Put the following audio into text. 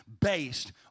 based